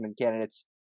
candidates